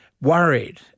worried